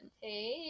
Hey